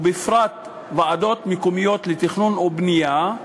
ובפרט ועדות מקומיות לתכנון ובנייה,